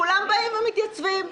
כולם באים ומתייצבים.